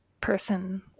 person